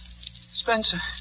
Spencer